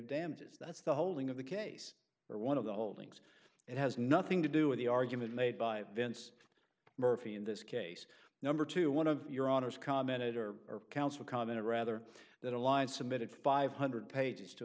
damages that's the holding of the case or one of the holdings it has nothing to do with the argument made by vince murphy in this case number two one of your honors commented or counsel commented rather that a line submitted five hundred pages to